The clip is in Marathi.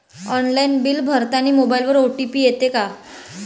ऑनलाईन बिल भरतानी मोबाईलवर ओ.टी.पी येते का?